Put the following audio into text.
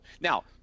Now